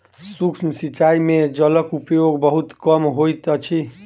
सूक्ष्म सिचाई में जलक उपयोग बहुत कम होइत अछि